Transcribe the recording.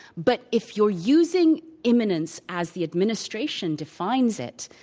but if you're using imminence as the administration defines it,